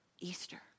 Easter